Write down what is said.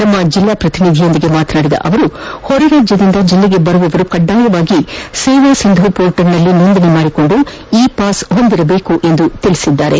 ನಮ್ಮ ಜಿಲ್ಲಾ ಪ್ರತಿನಿಧಿಯೊಂದಿಗೆ ಮಾತನಾಡಿದ ಅವರು ಹೊರ ರಾಜ್ಯದಿಂದ ಜಿಲ್ಲೆಗೆ ಬರುವವರು ಕಡ್ಡಾಯವಾಗಿ ಸೇವಾಸಿಂಧು ಪೋರ್ಟಲ್ನಲ್ಲಿ ನೊಂದಣಿ ಮಾಡಿಕೊಂಡು ಇ ಪಾಸ್ ಹೊಂದಿರಬೇಕಾಗಿರುತ್ತದೆ ಎಂದು ತಿಳಿಸಿದರು